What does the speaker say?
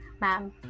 ma'am